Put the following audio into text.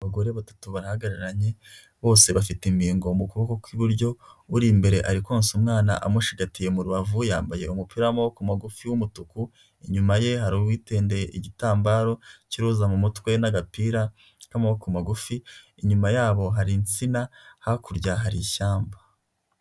Abagore batatu barahagararanye bose bafite imbigo mu kuboko kw'iburyo, uri imbere ari konsa umwana amushigatiye mu rubavu, yambaye umupira w'amaboko magufi y'umutuku, inyuma ye hari uwitendeye igitambaro cy' iroza mu mutwe n'agapira k'amaboko magufi, inyuma yabo hari insina, hakurya hari ishyamba.